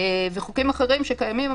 וחוקים אחרים שקיימים,